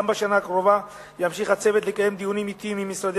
גם בשנה הקרובה ימשיך הצוות לקיים דיונים עתיים עם משרדי